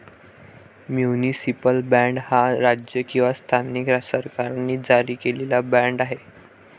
municipal bond हा राज्य किंवा स्थानिक सरकारांनी जारी केलेला बाँड आहे